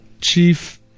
chief